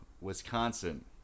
Wisconsin